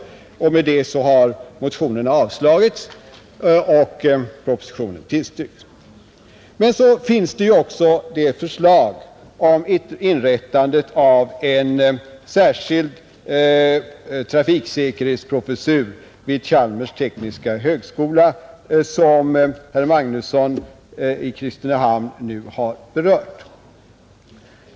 Med det har motionen avstyrkts och propositionen tillstyrkts. Men så finns det också ett förslag om inrättande av en särskild trafiksäkerhetsprofessur vid Chalmers tekniska högskola, som herr Magnusson i Kristinehamn nu har berört.